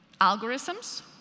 Algorithms